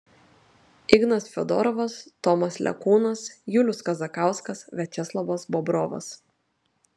ignas fiodorovas tomas lekūnas julius kazakauskas viačeslavas bobrovas